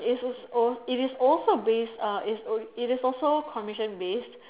it's all it is also based uh it's uh it is also commission based